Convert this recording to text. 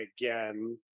again